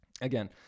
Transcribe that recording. Again